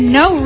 no